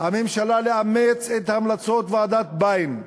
הממשלה לאמץ את המלצות ועדת ביין,